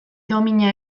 domina